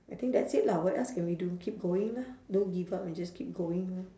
I think that's it lah what else can we do keep going lah don't give up and just keep going lor